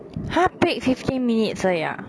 !huh! bake fifteen minutes 而已 ah